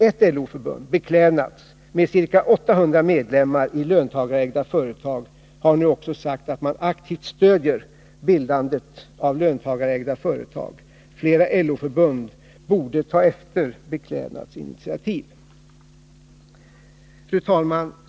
Ett LO-förbund — Beklädnads — med ca 800 medlemmar i löntagarägda företag har nu också sagt att man aktivt stödjer bildandet av löntagarägda företag. Flera LO-förbund borde ta efter Beklädnads initiativ. Fru talman!